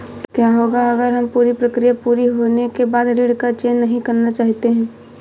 क्या होगा अगर हम पूरी प्रक्रिया पूरी होने के बाद ऋण का चयन नहीं करना चाहते हैं?